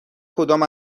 کدام